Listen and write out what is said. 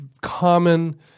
common